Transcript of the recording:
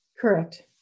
Correct